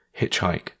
hitchhike